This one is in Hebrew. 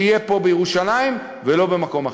ושזה יהיה פה בירושלים ולא במקום אחר.